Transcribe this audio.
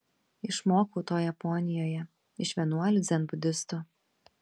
išmokau to japonijoje iš vienuolių dzenbudistų